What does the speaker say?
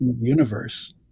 universe